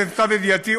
למיטב ידיעתי,